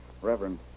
Reverend